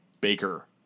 Baker